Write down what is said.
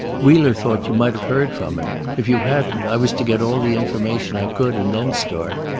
wheeler thought you might have heard from him. if you hadn't, i was to get all the information i could and then start.